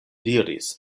diris